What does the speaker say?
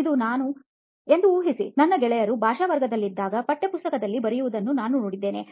ಇದು ನಾನು ಎಂದು ಊಹಿಸಿ ನನ್ನ ಗೆಳೆಯರು ಭಾಷಾ ವರ್ಗದಲ್ಲಿದ್ದಾಗ ಪಠ್ಯಪುಸ್ತಕದಲ್ಲಿ ಬರೆಯುವುದನ್ನು ನಾನು ನೋಡಿದ್ದೇನೆ